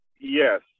yes